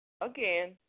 again